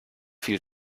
viel